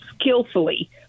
skillfully